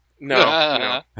No